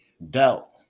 doubt